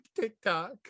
TikTok